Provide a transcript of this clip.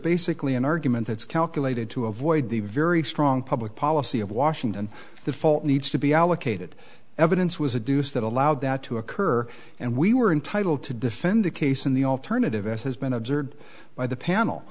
basically an argument that's calculated to avoid the very strong public policy of washington the fault needs to be allocated evidence was a deuce that allowed that to occur and we were entitled to defend a case in the alternative as has been observed by the